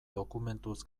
dokumentuz